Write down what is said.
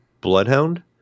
Bloodhound